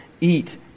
eat